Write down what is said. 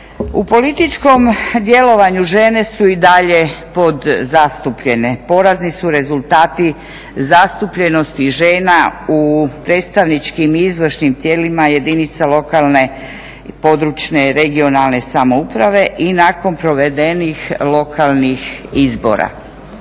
U političkom djelovanju žene su i dalje podzastupljene, porazni su rezultati zastupljenosti žena u predstavničkim i izvršnim tijelima jedinica lokalne, područne i regionalne samouprave i nakon provedenih lokalnih izbora.